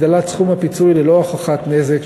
הגדלת סכום הפיצוי ללא הוכחת נזק),